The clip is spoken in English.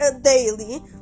daily